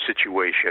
situation